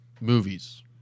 movies